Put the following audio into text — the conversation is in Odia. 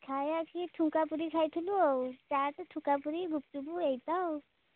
ଖାଇବା ସେହି ଠୁଙ୍କାପୁରି ଖାଇଥିଲୁ ଆଉ ଚାଟ୍ ଠୁଙ୍କାପୁରୀ ଗୁପଚୁପ ଏହିତ ଆଉ